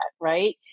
right